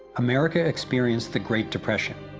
america experienced the great depression.